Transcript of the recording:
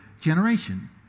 generation